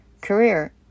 Career